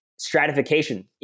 stratification